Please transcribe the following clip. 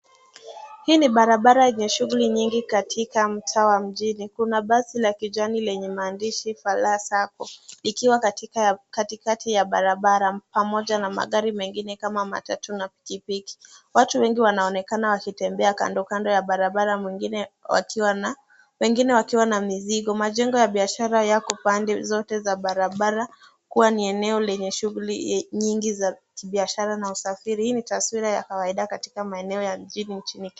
Hii ni barabara yenye shughuli nyingi katika mtaa wa mjini. Kuna basi la kijani lenye maandishi faraa Sacco likiwa katika katikati ya barabara pamoja na magari mengine kama matatu na pikipiki. Watu wengi wanaonekana wakitembea kando kando ya barabara wegine wakiwa na mizigo. Majengo ya biashara yako pande zote za barabara kuwa ni eneo lenye shughuli nyingi za kibiashara na usafiri hii ni taswira ya kawaida katika maeneo ya mjini nchini Kenya.